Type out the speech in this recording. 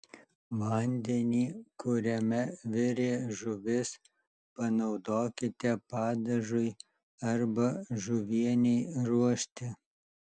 vandenį kuriame virė žuvis panaudokite padažui arba žuvienei ruošti